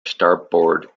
starboard